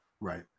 Right